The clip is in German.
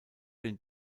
den